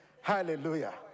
Hallelujah